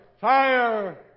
fire